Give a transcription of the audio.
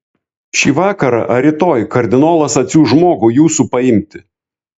šį vakarą ar rytoj kardinolas atsiųs žmogų jūsų paimti